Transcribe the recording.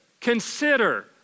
consider